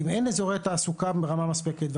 אם אין אזורי תעסוקה ברמה מספקת,